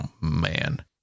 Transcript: man